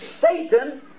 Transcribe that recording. Satan